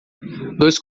dois